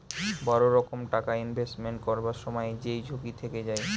বড় রকম টাকা ইনভেস্টমেন্ট করবার সময় যেই ঝুঁকি থেকে যায়